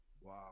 Wow